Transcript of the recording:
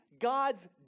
God's